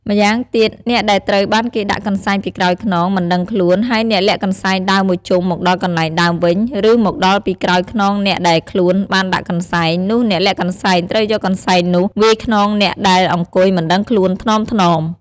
ម្យ៉ាងទៀត អ្នកដែលត្រូវបានគេដាក់កន្សែងពីក្រោយខ្នង មិនដឹងខ្លួន ហើយអ្នកលាក់កន្សែងដើរមួយជុំមកដល់កន្លែងដើមវិញ ឬមកដល់ពីក្រោយខ្នងអ្នកដែលខ្លួនបានដាក់កន្សែង នោះអ្នកលាក់កន្សែងត្រូវយកកន្សែងនោះ វាយខ្នងអ្នកដែលអង្គុយមិនដឹងខ្លួន ថ្នមៗ។